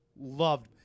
loved